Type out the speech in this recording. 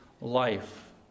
life